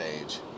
age